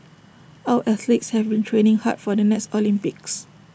our athletes have been training hard for the next Olympics